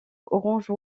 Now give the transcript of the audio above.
orange